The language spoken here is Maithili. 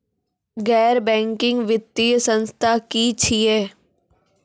गैर बैंकिंग वित्तीय संस्था की छियै?